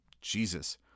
Jesus